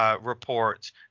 reports